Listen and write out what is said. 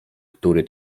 który